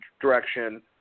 direction